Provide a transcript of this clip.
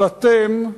אבל אתם,